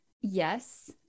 yes